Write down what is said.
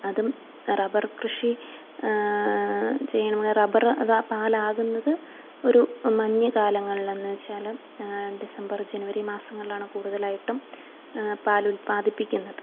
അതും റബ്ബർ കൃഷി ചെയ്യണ റബ്ബറ് അതാ പാലാകുന്നത് ഒരു മഞ്ഞ് കാലങ്ങളില് എന്ന് വെച്ചാല് ഡിസംബർ ജനുവരി മാസങ്ങളിലാണ് കൂടുതലായിട്ടും പാലുല്പാദിപ്പിക്കുന്നത്